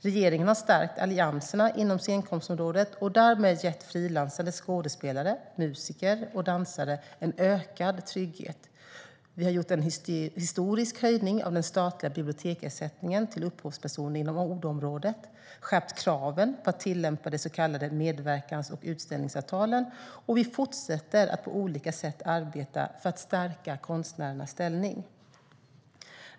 Regeringen har stärkt allianserna inom scenkonstområdet och därmed gett frilansande skådespelare, musiker och dansare en ökad trygghet, gjort en historisk höjning av den statliga biblioteksersättningen till upphovspersoner inom ordområdet, skärpt kraven på att tillämpa det så kallade medverkans och utställningsavtalet, och vi fortsätter att på olika sätt arbeta för att stärka konstnärernas ställning.